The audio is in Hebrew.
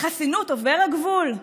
בחסינות עובר הגבול?